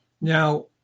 Now